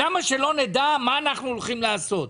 למה שלא נדע מה אנחנו הולכים לעשות?